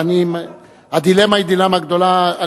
הדילמה היא דילמה גדולה.